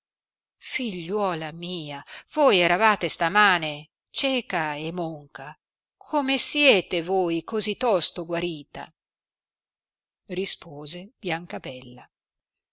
figliuola mia voi eravate stamane cieca e monca come siete voi così tosto guarita rispose